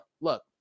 look